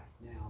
Now